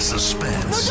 suspense